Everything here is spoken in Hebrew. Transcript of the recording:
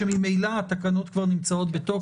שממילא התקנות כבר נמצאות בתוקף.